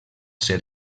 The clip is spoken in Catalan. ser